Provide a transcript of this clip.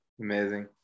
Amazing